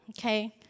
okay